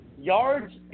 Yards